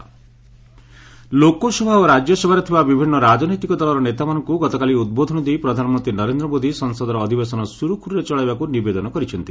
government all party meeting Lok Sabha ଓ ରାଜ୍ୟସଭାରେ ଥିବା ବିଭିନ୍ନ ରାଜନୈତିକ ଦଳର ନେତାମାନଙ୍କୁ ଗତକାଲି ଉଦ୍ବୋଧନ ଦେଇ ପ୍ରଧାନମନ୍ତ୍ରୀ ନରେନ୍ଦ୍ର ମୋଦି ସଂସଦର ଅଧିବେଶନ ସୁରୁଖୁରୁରେ ଚଳାଇବାକୁ ନିବେଦନ କରିଛନ୍ତି